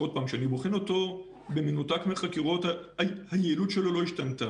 עוד פעם כשאני בוחן אותו במנותק מהחקירות היעילות שלו לא השתנה,